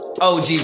OG